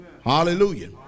Hallelujah